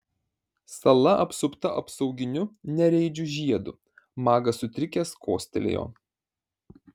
sala apsupta apsauginiu nereidžių žiedu magas sutrikęs kostelėjo